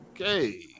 Okay